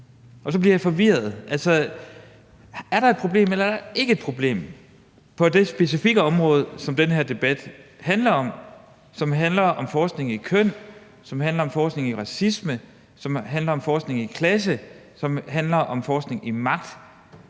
Så bliver jeg forvirret. Altså, er der et problem, eller er der ikke et problem på det specifikke område, som den her debat handler om – forskning i køn, forskning i racisme, forskning i klasse og forskning i magt?